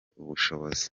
ubushobozi